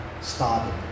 Started